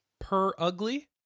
Perugly